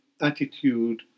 attitude